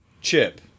chip